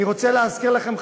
אני רוצה להזכיר לכם,